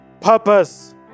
purpose